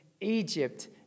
Egypt